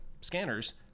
scanners